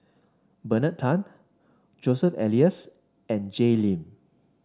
Bernard Tan Joseph Elias and Jay Lim